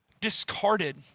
discarded